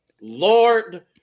Lord